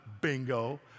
bingo